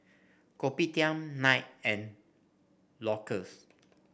Kopitiam Knight and Loackers